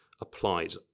applied